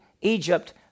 Egypt